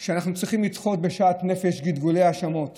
שאנחנו צריכים לדחות בשאט נפש גלגולי האשמות